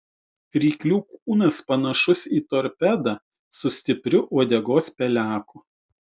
ryklių kūnas panašus į torpedą su stipriu uodegos peleku